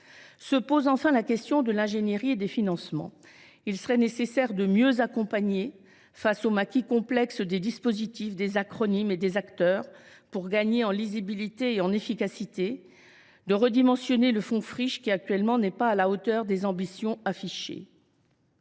Se pose enfin la question de l’ingénierie et des financements. Il serait nécessaire de mieux accompagner, face au maquis complexe des dispositifs, des acronymes et des acteurs, pour gagner en lisibilité et en efficacité, mais aussi de redimensionner le fonds Friches, qui n’est pas à la hauteur des objectifs affichés.